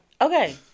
Okay